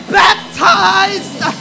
baptized